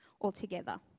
altogether